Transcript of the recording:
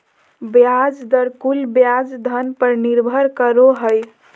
ब्याज दर कुल ब्याज धन पर निर्भर करो हइ